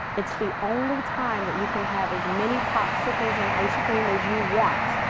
it's the only time that you can have as many popsicles and ice cream as you want.